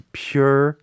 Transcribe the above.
pure